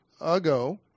ago